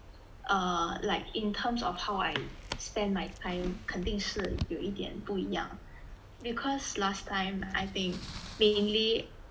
err like in terms of how I spend my time 肯定是有一点不一样 because last time I think mainly